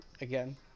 again